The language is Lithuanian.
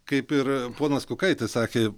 kaip ir ponas kukaitis sakė